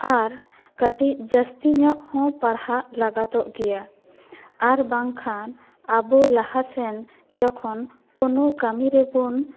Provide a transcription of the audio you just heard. ᱟᱨ ᱠᱟᱹᱴᱤᱡ ᱡᱟᱹᱥᱛᱤ ᱧᱚᱜ ᱦᱚᱸ ᱯᱟᱲᱦᱟᱜ ᱞᱟᱜᱟᱫᱚᱜ ᱜᱮᱭᱟ ᱟᱨ ᱵᱟᱝᱠᱷᱟᱱ ᱟᱵᱳ ᱞᱟᱦᱟᱥᱮᱱ ᱡᱚᱠᱷᱚᱱ ᱠᱳᱱᱳ ᱠᱟᱹᱢᱤᱨᱮ ᱵᱚᱱ